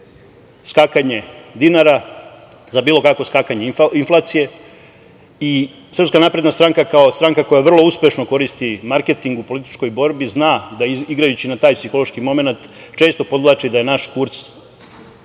skakanje dinara, za bilo kakvo skakanje inflacije. Srpska napredna stranka, kao stranka koja vrlo uspešno koristi marketing u političkoj borbi zna da igrajući na taj psihološki momenat često podvlači da je naš kurs